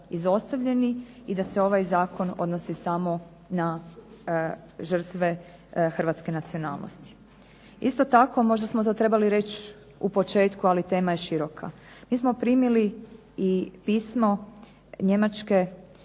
izostavljeni i da se ovaj Zakon odnosi samo na žrtve Hrvatske nacionalnosti. Isto tako možda smo to trebali reći u početku ali tema je široka. Mi smo primili i pismo Njemačke